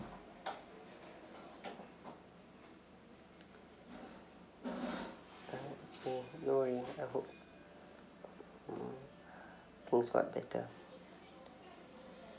ah okay don't worry I hope mm things got better